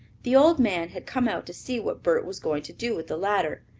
the old man had come out to see what bert was going to do with the ladder,